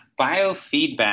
Biofeedback